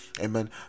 amen